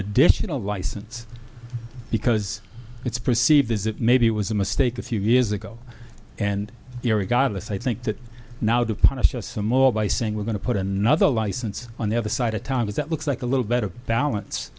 additional license because it's perceived is that maybe it was a mistake a few years ago and irregardless i think that now to punish us some more by saying we're going to put another license on the other side of town is that looks like a little better balance